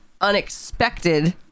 unexpected